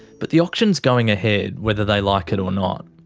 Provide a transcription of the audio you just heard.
but the auction's going ahead, whether they like it or not.